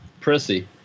prissy